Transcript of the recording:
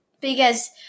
Because-